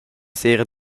sera